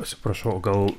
atsiprašau gal